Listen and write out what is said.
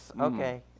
Okay